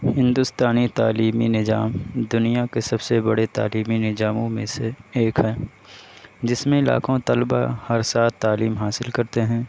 ہندوستانی تعلیمی نظام دنیا کے سب سے بڑے تعلیمی نظاموں میں سے ایک ہے جس میں لاکھوں طلباء ہر سال تعلیم حاصل کرتے ہیں